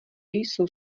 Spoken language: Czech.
jsou